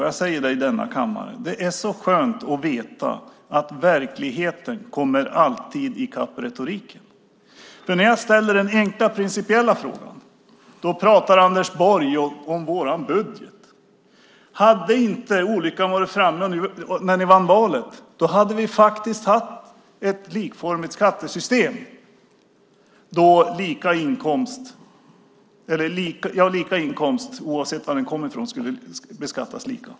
Jag säger i denna kammare: Det är så skönt att veta att verkligheten alltid kommer i kapp retoriken. För när jag ställer den enkla principiella frågan pratar Anders Borg om vår budget. Hade inte olyckan varit framme när ni vann valet hade vi haft ett likformigt skattesystem, då lika inkomst oavsett var den kom ifrån skulle beskattas lika.